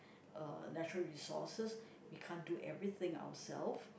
uh natural resources we can't do everything ourselves